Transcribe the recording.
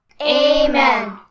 Amen